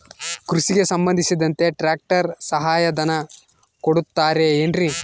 ಕೃಷಿಗೆ ಸಂಬಂಧಿಸಿದಂತೆ ಟ್ರ್ಯಾಕ್ಟರ್ ಸಹಾಯಧನ ಕೊಡುತ್ತಾರೆ ಏನ್ರಿ?